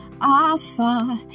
Alpha